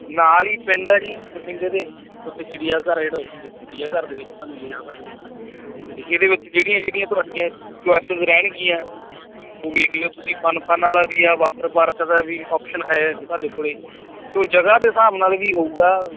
ਨਾਲ ਹੀ ਪਿੰਡ ਹੈ ਜੀ ਬਠਿੰਡੇ ਦੇ ਉੱਥੇ ਚਿੜੀਆਂ ਘਰ ਆ ਜਿਹੜਾ ਉੱਥੇ ਚਿੜੀਆਂ ਘਰ ਦੇ ਵਿੱਚ ਤੁਹਾਨੂੰ ਲਿਜਾ ਸਕਦੇ ਹੈ ਨਾ ਅਤੇ ਇਹਦੇ ਵਿੱਚ ਜਿਹੜੀਆਂ ਜਿਹੜੀਆਂ ਤੁਹਾਡੀਆਂ ਚੋਆਇਸਸ ਰਹਿਣਗੀਆਂ ਉਹ ਵੇਖ ਲਿਓ ਤੁਸੀਂ ਫਨ ਫਨ ਵਾਲਾ ਵੀ ਆ ਵਾਟਰ ਪਾਰਕ ਦਾ ਵੀ ਅੋਪਸ਼ਨ ਹੈ ਤੁਹਾਡੇ ਕੋਲ ਅਤੇ ਉਹ ਜਗ੍ਹਾ ਦੇ ਹਿਸਾਬ ਨਾਲ ਵੀ ਹੋਊਗਾ